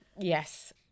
Yes